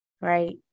right